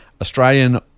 Australian